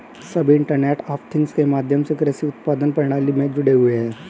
सभी internet of things के माध्यम से कृषि उत्पादन प्रणाली में जुड़े हुए हैं